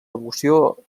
devoció